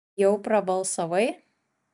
jau prabalsavai